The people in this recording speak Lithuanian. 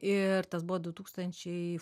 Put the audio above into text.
ir tas buvo du tūkstančiai